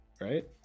right